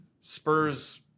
spurs